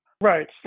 Right